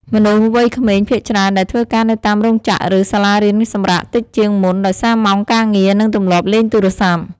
មនុស្សវ័យក្មេងភាគច្រើនដែលធ្វើការនៅតាមរោងចក្រ ឬ សាលារៀនសម្រាកតិចជាងមុនដោយសារម៉ោងការងារ និងទម្លាប់លេងទូរស័ព្ទ។